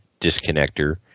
disconnector